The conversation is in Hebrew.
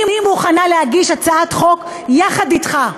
אני מוכנה להגיש הצעת חוק יחד אתך,